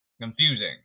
confusing